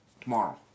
tomorrow